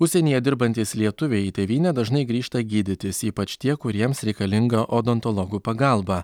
užsienyje dirbantys lietuviai į tėvynę dažnai grįžta gydytis ypač tie kuriems reikalinga odontologų pagalba